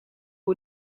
hoe